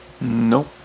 Nope